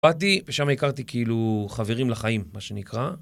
באתי ושם הכרתי כאילו חברים לחיים, מה שנקרא.